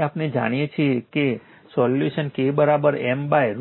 તેથી આપણે જાણીએ છીએ કે સોલ્યુશન K M √